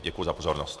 Děkuji za pozornost.